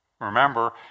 Remember